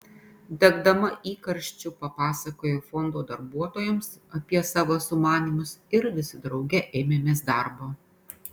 degdama įkarščiu papasakojau fondo darbuotojams apie savo sumanymus ir visi drauge ėmėmės darbo